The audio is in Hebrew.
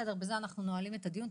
בזה אנחנו נועלים את הדיון.